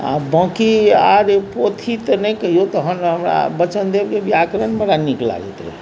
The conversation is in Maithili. आब बाकी आब ई पोथी तऽ नहि कहिऔ तखन हमरा वचनदेवके व्याकरण बड़ा नीक लागैत रहै